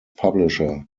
publisher